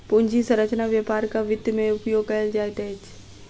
पूंजी संरचना व्यापारक वित्त में उपयोग कयल जाइत अछि